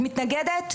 את מתנגדת?